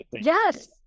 Yes